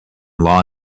law